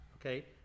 okay